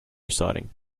reciting